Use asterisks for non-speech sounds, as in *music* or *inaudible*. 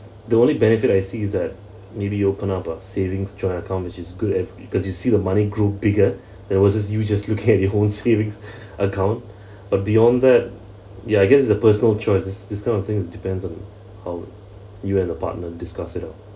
the only benefit I see is that maybe you open up a savings joint account which is good because you see the money grow bigger there was you just looking at your own savings *laughs* account but beyond that yeah I guess it's a personal choice this this kind of things depends on how you and your partner discuss it out